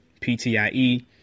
PTIE